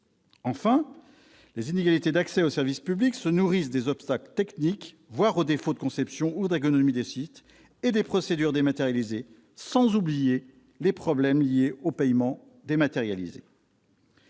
Enfin, les inégalités d'accès aux services publics se nourrissent des obstacles techniques, voire du défaut de conception ou d'ergonomie des sites et des procédures dématérialisées, sans oublier les problèmes liés au paiement dématérialisé.